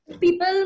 people